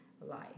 life